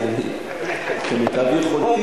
תאפשר לי למצות את זכות השאלה.